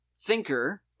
thinker